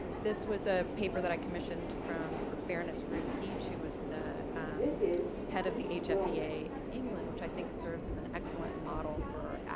this was a paper that i commissioned from baroness ruth deech who was the head of the hfea in england, which i think it serves as an excellent model for